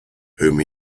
whom